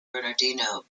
bernardino